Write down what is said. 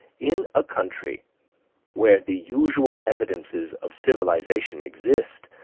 in a country where the usual evidences of civilization exist,